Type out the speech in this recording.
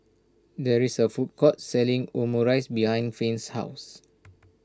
there is a food court selling Omurice behind Finn's house